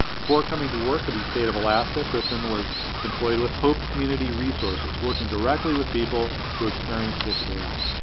before coming to work for the state of alaska, kristin was employed with hope community resources, working directly with people who experience disability.